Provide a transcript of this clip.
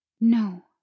No